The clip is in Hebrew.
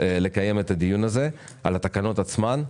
לקיים את הדיון הזה על התקנות עצמן.